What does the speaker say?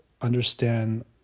understand